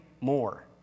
more